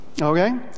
Okay